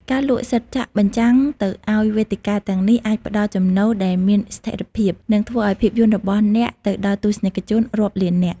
ការលក់សិទ្ធិចាក់បញ្ចាំងទៅឲ្យវេទិកាទាំងនេះអាចផ្តល់ចំណូលដែលមានស្ថិរភាព និងធ្វើឲ្យភាពយន្តរបស់អ្នកទៅដល់ទស្សនិកជនរាប់លាននាក់។